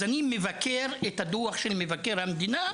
אני מבקר את הדוח של מבקר המדינה,